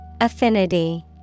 Affinity